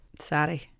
sorry